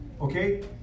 Okay